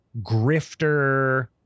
grifter